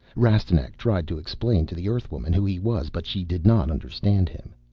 rastignac tried to explain to the earthwoman who he was, but she did not understand him.